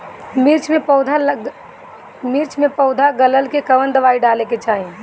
मिर्च मे पौध गलन के कवन दवाई डाले के चाही?